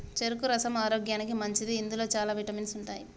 చెరుకు రసం ఆరోగ్యానికి మంచిది ఇందులో చాల విటమిన్స్ ఉంటాయి